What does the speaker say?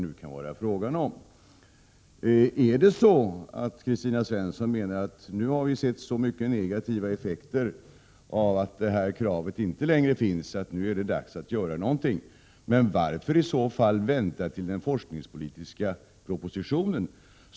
Menar Kristina Svensson att de negativa effekterna av att detta krav inte längre ställs har varit så många att det är dags att göra någonting? Men varför i så fall vänta på den forskningspolitiska propositionen?